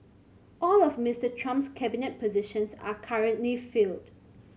all of Mister Trump's cabinet positions are currently filled